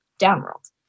downworld